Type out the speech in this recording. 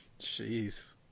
Jeez